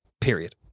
period